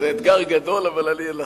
זה אתגר גדול, אבל אני אנסה.